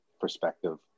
perspective